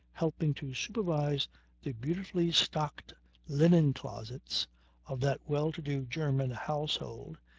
helping to supervise the beautifully stocked linen closets of that well-to-do german household,